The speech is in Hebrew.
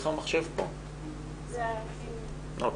היינו סקפטיים לגבי זה ואמרנו: או-קיי,